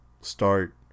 start